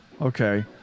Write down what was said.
Okay